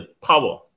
power